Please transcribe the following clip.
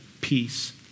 peace